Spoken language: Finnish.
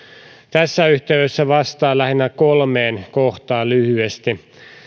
tässä yhteydessä vastaan lähinnä kolmeen kohtaan lyhyesti